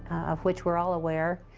of which we are all aware.